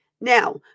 Now